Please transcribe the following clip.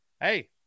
hey